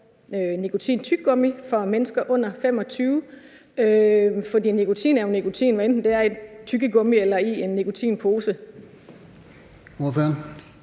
tobaksprodukter for mennesker under 25 år? For nikotin er jo nikotin, hvad enten det er i et tyggegummi eller i en nikotinpose.